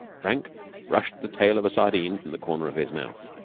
frank brushed the tail of a sardine from the corner of his mouth.